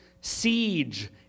Siege